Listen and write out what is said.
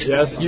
Yes